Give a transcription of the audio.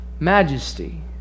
Majesty